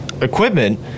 equipment